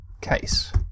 case